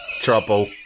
trouble